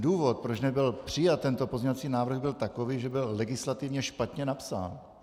Důvod, proč nebyl přijat tento pozměňovací návrh, byl takový, že byl legislativně špatně napsán.